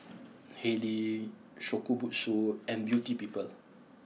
Haylee Shokubutsu and Beauty People